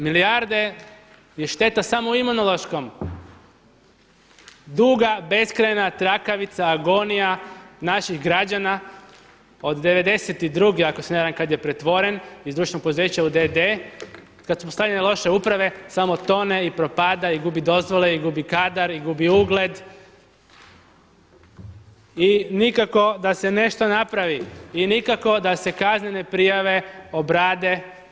Milijarde je šteta samo u imunološkom, duga, beskrajna trakavica, agonija naših građana od '92. ako se ne varam kada je pretvoren iz društvenog poduzeća u d.d., kada su postavljene loše uprave samo tone i propada, i gubi dozvole, i gubi kadar, i gubi ugled i nikako da se nešto napravi, i nikako da se kaznene prijave obrade.